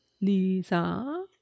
Lisa